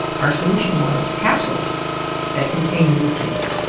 our solution was capsules that contain the nutrients,